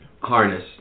Harness